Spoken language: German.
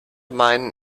meinen